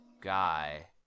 guy